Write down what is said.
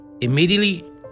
immediately